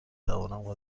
توانم